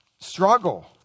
struggle